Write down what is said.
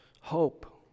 Hope